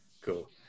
cool